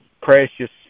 precious